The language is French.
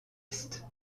est